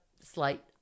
slight